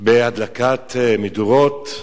בהדלקת מדורות,